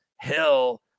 Hill